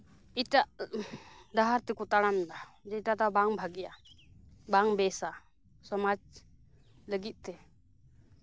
ᱮᱴᱟᱜ ᱰᱟᱦᱟᱨ ᱛᱮᱠᱚ ᱛᱟᱲᱟᱢ ᱫᱟ ᱡᱮᱴᱟ ᱫᱚ ᱵᱟᱝ ᱵᱷᱟᱹᱜᱮᱭᱟ ᱵᱟᱝ ᱵᱮᱥᱼᱟ ᱥᱚᱢᱟᱡᱽ ᱞᱟᱹᱜᱤᱫ ᱛᱮ